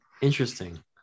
Interesting